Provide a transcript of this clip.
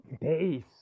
days